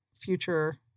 future